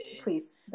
Please